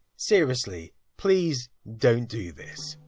seriously. please don't do this.